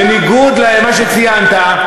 בניגוד למה שציינת,